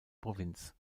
provinz